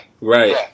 Right